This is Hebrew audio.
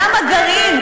למה גרעין,